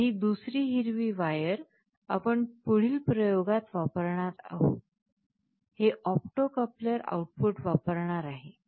आणि ही दुसरी हिरवी वायर आपण पुढील प्रयोगात वापरणार आहोत हे ऑप्टो कपलर आउटपुट वापरणार आहे